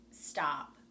Stop